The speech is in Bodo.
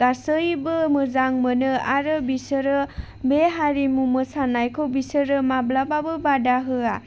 गासैबो मोजां मोनो आरो बिसोरो बे हारिमु मोसानायखौ बिसोरो माब्लाबाबो बादा होआ